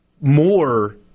more